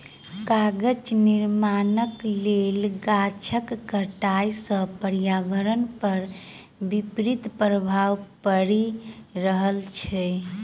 कागजक निर्माणक लेल गाछक कटाइ सॅ पर्यावरण पर विपरीत प्रभाव पड़ि रहल छै